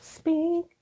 Speak